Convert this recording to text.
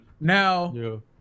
Now